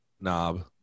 knob